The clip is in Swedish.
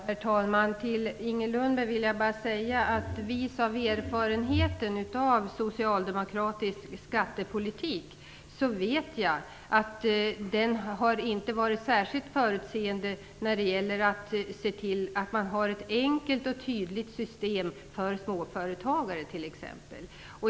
Herr talman! Till Inger Lundberg vill jag bara säga att vis av erfarenheten av socialdemokratisk skattepolitik vet jag att den inte brukar vara särskilt förutseende när det t.ex. gäller att se till att det finns ett enkelt och tydligt system för småföretagare.